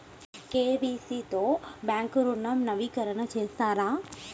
KYC తో bank ఋణం నవీకరణ చేస్తారా?